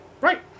Right